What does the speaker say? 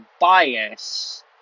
bias